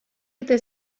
urte